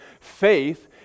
faith